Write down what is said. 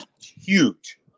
Huge